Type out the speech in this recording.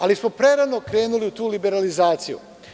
Ali, prerano smo krenuli u tu liberalizaciju.